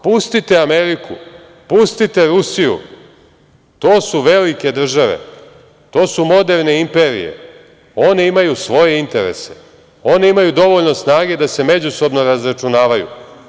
Pustite Ameriku, pustite Rusiju, to su velike države, to su moderne imperije, oni imaju svoje interese, oni imaju dovoljno snage da se međusobno razračunavaju.